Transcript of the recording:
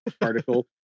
article